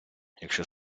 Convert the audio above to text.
якщо